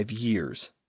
years